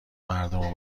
مردمو